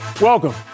welcome